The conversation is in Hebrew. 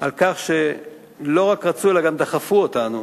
על כך שהם לא רק רצו אלא גם דחפו אותנו